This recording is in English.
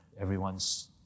Everyone's